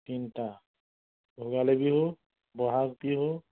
তিনিটা ভোগালী বিহু বহাগ বিহু